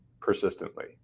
persistently